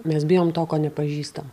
mes bijom to ko nepažįstam